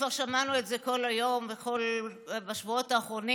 כבר שמענו את זה כל היום ובשבועות האחרונים: